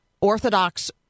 Orthodox